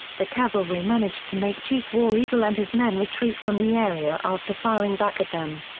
the cavalry managed to make chief war eagle and his men retreat from the area after firing back at them.